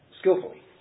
skillfully